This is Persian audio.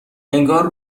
انگار